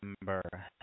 number